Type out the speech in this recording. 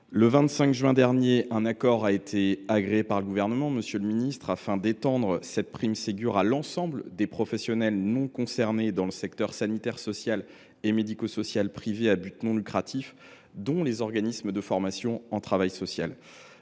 le 25 juin dernier, un accord a été agréé par le Gouvernement afin d’étendre cette prime à l’ensemble des professionnels non concernés dans le secteur sanitaire, social et médico social privé à but non lucratif, dont les organismes de formation en travail social.